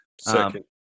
second